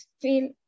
feel